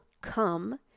come